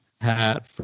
Hat